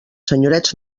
senyorets